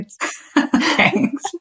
Thanks